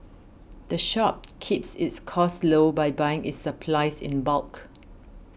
the shop keeps its costs low by buying its supplies in bulk